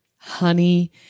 honey